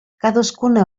cadascuna